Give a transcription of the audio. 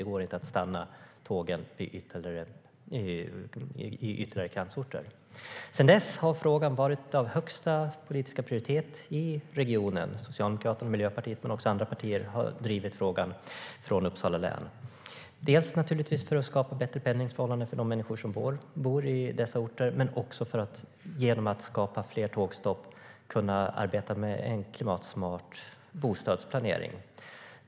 Det gick inte att stanna tågen i ytterligare kransorter. Sedan dess har frågan varit av högsta politiska prioritet i regionen. Socialdemokraterna, Miljöpartiet och andra partier från Uppsala län har drivit frågan. Det har bland annat handlat om att skapa bättre pendlingsförhållanden för dem som bor i dessa orter och att med hjälp av fler tågstopp arbeta med klimatsmart bostadsplanering.